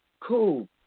Cool